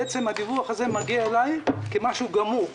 בעצם הדיווח הזה מגיע אליי כמשהו גמור,